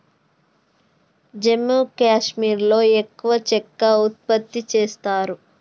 జమ్మూ కాశ్మీర్లో ఎక్కువ చెక్క ఉత్పత్తి చేస్తారు